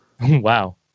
Wow